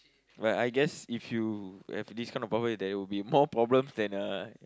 well I guess if you have this kind of power there will be more problems than uh